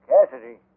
Cassidy